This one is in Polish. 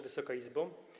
Wysoka Izbo!